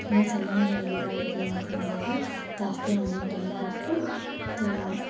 ತುಂಬ ಚೆನ್ನಾಗಾಗಿದೆ ಅಡುಗೆ ಅಂತಂದೇಳಿ ಜಾಸ್ತಿ ಅಮೌಂಟನ್ನ ಕೊಟ್ಟು ಮತ್ತೆ